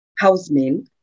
housemen